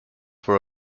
for